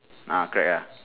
ah correct lah